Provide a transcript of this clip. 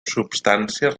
substàncies